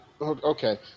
Okay